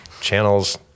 channels